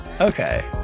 Okay